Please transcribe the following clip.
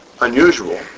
unusual